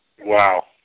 Wow